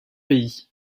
pays